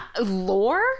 Lore